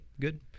good